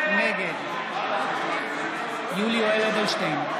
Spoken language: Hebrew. נגד יולי יואל אדלשטיין,